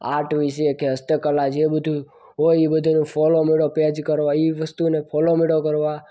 art વિષે કે હસ્તકલા છે કે બધું હોય એ બધાનું ફોલો માંડ્યો પેજ કરવા એ વસ્તુને ફોલો માંડ્યો કરવા